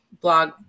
blog